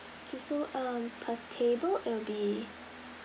okay so um per table it would be